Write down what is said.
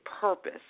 purpose